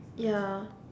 ya